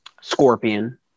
scorpion